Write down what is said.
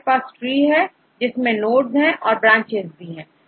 हमारे पास ट्री है जिसमें नोड्स है औरब्रांचेज भी है